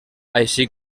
així